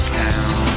town